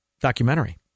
documentary